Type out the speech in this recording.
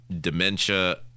dementia